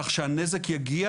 כך שכשהנזק יגיע,